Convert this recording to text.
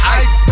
ice